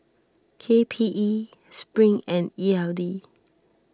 K P E Spring and E L D